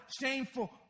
shameful